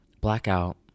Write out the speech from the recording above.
blackout